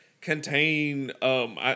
contain